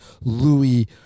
Louis